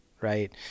right